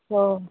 ஓ